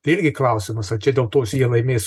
tai irgi klausimas ar čia dėl tos jie laimės